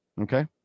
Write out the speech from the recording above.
Okay